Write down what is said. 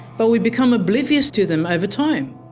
but we become oblivious to them over time.